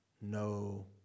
no